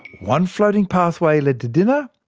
one floating pathway led to dinner,